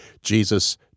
Jesus